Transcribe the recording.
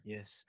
Yes